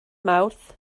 mawrth